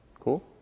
Cool